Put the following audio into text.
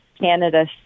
Canada